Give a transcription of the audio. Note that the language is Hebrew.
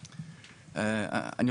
שלום.